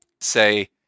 say